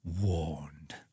warned